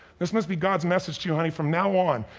this must be god's message to you, honey, from now on,